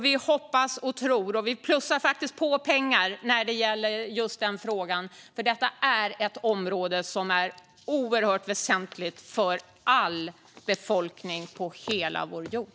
Vi hoppas och tror på detta, och vi plussar faktiskt på pengar när det gäller just den frågan. Detta är nämligen ett område som är oerhört väsentligt för all befolkning på hela vår jord.